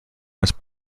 was